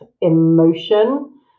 emotion